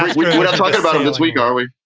we talked about it this week. are we?